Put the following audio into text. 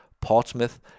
portsmouth